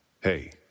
Hey